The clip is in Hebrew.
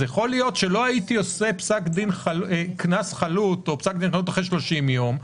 יכול להיות שלא הייתי עושה קנס חלוט או פסק דין חלוט אחרי 30 ימים.